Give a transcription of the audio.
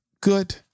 good